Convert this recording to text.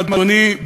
אדוני,